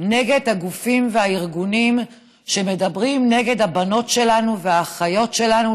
נגד הגופים והארגונים שמדברים נגד הבנות והאחיות שלנו,